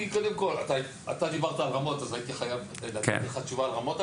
אתה דיברת על רמות אז הייתי חייב לתת לך תשובה על רמות,